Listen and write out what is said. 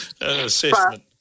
assessment